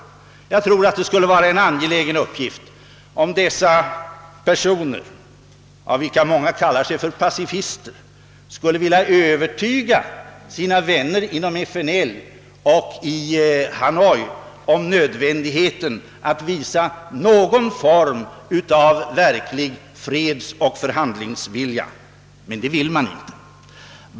Jag tror det skulle vara en angelägen uppgift för dessa personer, av vilka många kallar sig pacifister, att söka övertyga sina vänner inom FNL och i Hanoi om nödvändigheten att visa någon form av verklig fredsoch förhandlingsvilja — men det vill man inte.